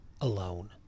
alone